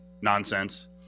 Nonsense